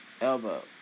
elbow